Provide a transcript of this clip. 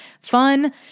fun